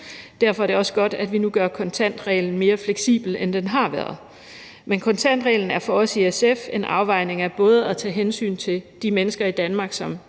Derfor er det også godt, at vi nu gør kontantreglen mere fleksibel, end den har været. Men kontantreglen handler for os i SF om en afvejning af både at tage hensyn til de mennesker i Danmark, som